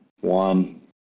one